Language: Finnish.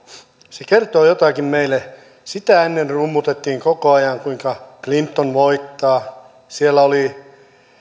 se kertoo jotakin meille sitä ennen rummutettiin koko ajan kuinka clinton voittaa